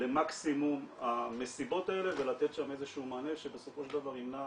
למקסימום המסיבות האלה ולתת איזה שהוא מענה שבסופו של דבר ימנע